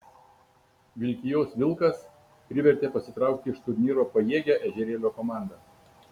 vilkijos vilkas privertė pasitraukti iš turnyro pajėgią ežerėlio komandą